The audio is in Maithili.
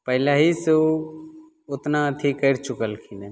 पहिलहिसे ओ ओतना अथी करि चुकलखिन हेँ